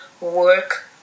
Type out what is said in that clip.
work